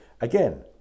again